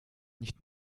nicht